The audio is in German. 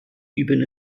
üben